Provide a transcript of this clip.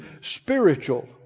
spiritual